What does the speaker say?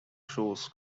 shows